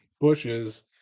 bushes